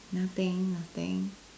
nothing nothing